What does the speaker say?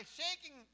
shaking